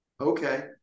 Okay